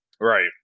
Right